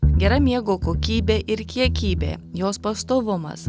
gera miego kokybė ir kiekybė jos pastovumas